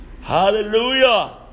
Hallelujah